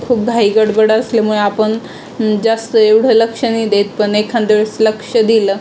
खूप घाई गडबड असल्यामुळे आपण जास्त एवढं लक्ष नाही देत पण एखाद्या वेळेस लक्ष दिलं